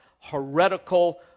heretical